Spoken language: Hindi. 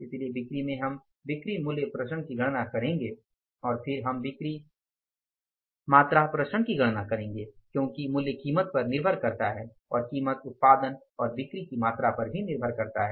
इसलिए बिक्री में हम बिक्री मूल्य विचरण की गणना करेंगे और फिर हम बिक्री मात्रा विचरण की गणना करेंगे क्योंकि मूल्य कीमत पर निर्भर करता है और कीमत उत्पादन और बिक्री की मात्रा पर भी निर्भर करता है